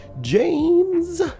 james